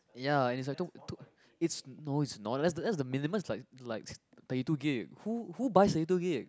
ya is a two two it's no it's not that's that's the minimal is like like thirty two gig who who buys thirty two gig